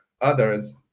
others